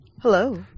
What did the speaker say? Hello